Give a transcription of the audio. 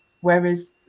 whereas